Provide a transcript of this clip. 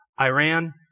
Iran